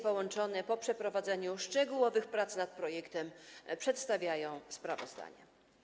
Połączone komisje po przeprowadzeniu szczegółowych prac nad projektem przedstawiają sprawozdanie.